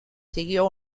siguió